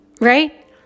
Right